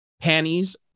panties